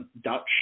Dutch